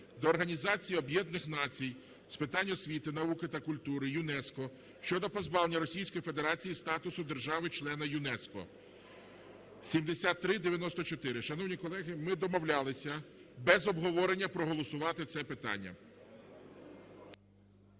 до Організації Об'єднаних Націй з питань освіти, науки та культури (ЮНЕСКО) щодо позбавлення Російської Федерації статусу держави-члена ЮНЕСКО (7394). Шановні колеги, ми домовлялися без обговорення проголосувати це питання.